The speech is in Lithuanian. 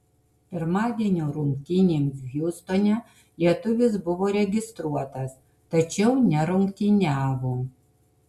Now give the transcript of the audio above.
pirmadienio rungtynėms hjustone lietuvis buvo registruotas tačiau nerungtyniavo